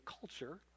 culture